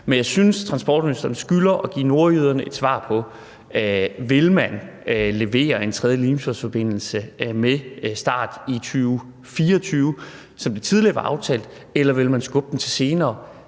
Men jeg synes, at transportministeren skylder at give nordjyderne et svar på, om man vil levere en tredje Limfjordsforbindelse med start i 2024, som det tidligere var aftalt, eller om man vil skubbe den til senere,